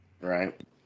Right